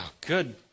Good